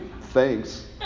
thanks